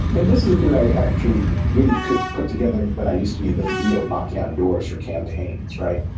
and this is a theory i actually really put put together when i used to be in the field knocking on doors for campaigns. right.